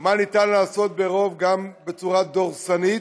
מה ניתן לעשות ברוב גם בצורה דורסנית,